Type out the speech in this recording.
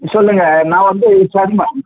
சொல்லுங்கள் நான் வந்து ஷர்மா